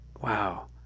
wow